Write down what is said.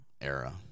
era